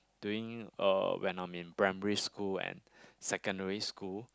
during uh when I'm in primary school and secondary school